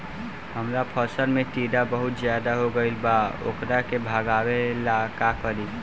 हमरा फसल में टिड्डा बहुत ज्यादा हो गइल बा वोकरा के भागावेला का करी?